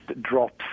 drops